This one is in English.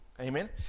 Amen